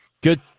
Good